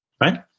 right